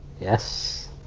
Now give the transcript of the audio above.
yes